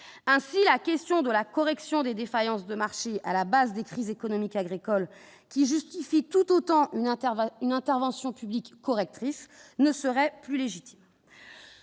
ainsi la question de la correction des défaillances de marché à la base des crises économiques agricoles qui justifie tout autant une intervention, une intervention publique correctrices ne serait plus légitime,